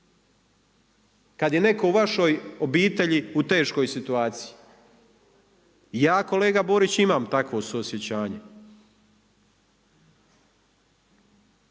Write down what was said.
Kad je netko u vašoj obitelji u teškoj situaciji. Ja kolega Borić imam takvo suosjećanje.